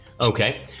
Okay